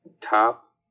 top